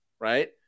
right